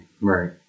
Right